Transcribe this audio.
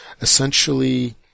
essentially